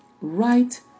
right